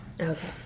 Okay